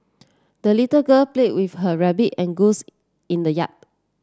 the little girl played with her rabbit and goose in the yard